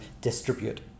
distribute